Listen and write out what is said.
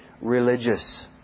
religious